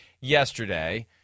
yesterday